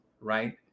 right